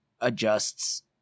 adjusts